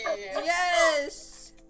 Yes